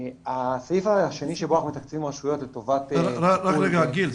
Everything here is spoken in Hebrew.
הסעיף השני שבו אנחנו מתקצבים --- רגע גיל,